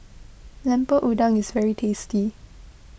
Lemper Udang is very tasty